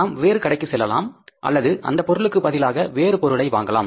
நாம் வேறு கடைக்கு செல்லலாம் அல்லது அந்த பொருளுக்குப் பதிலாக வேறு பொருளை வாங்கலாம்